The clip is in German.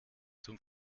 zum